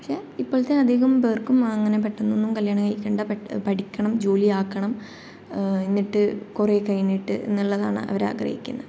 പക്ഷേ ഇപ്പോളത്തെ അധികം പേർക്കും അങ്ങനെ പെട്ടെന്നൊന്നും കല്യാണം കഴിക്കേണ്ട പെട് പഠിക്കണം ജോലിയാക്കണം എന്നിട്ട് കുറേ കഴിഞ്ഞിട്ട് എന്നുള്ളതാണ് അവർ ആഗ്രഹിക്കുന്നത്